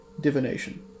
Divination